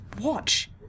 watch